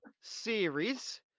series